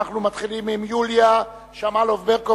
אנחנו מתחילים עם יוליה שמאלוב-ברקוביץ,